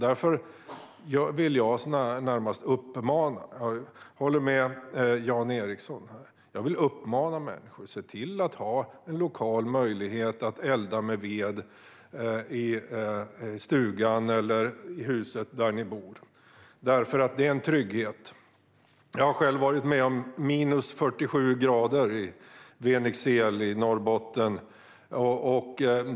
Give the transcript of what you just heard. Därför håller jag med Jan Ericson och vill uppmana människor att se till att ha en möjlighet att elda med ved i stugan eller huset där man bor. Det är en trygghet. Jag har själv varit med om minus 47 grader i Veniksel i Norrbotten.